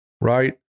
right